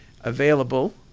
available